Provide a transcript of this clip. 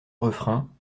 refrain